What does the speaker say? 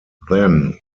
then